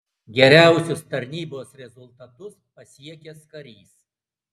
geriausius tarnybos rezultatus pasiekęs karys